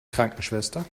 krankenschwester